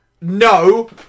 No